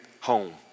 home